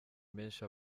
menshi